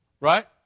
Right